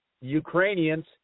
Ukrainians